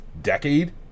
decade